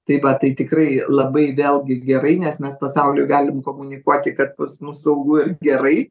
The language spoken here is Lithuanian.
taip va tai tikrai labai vėlgi gerai nes mes pasauliui galim komunikuoti kad pas mus saugu ir gerai